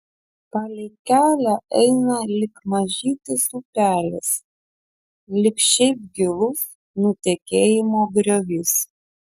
palei kelią eina lyg mažytis upelis lyg šiaip gilus nutekėjimo griovys